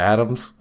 Adams